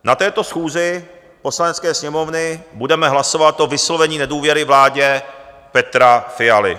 Na této schůzi Poslanecké sněmovny budeme hlasovat o vyslovení nedůvěry vládě Petra Fialy.